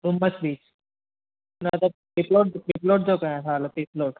Dumas beach न त